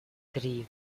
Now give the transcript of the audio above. три